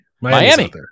Miami